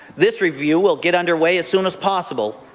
this review will get underway as soon as possible,